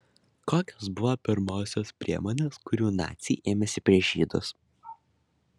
kokios buvo pirmosios priemonės kurių naciai ėmėsi prieš žydus